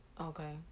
Okay